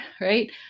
right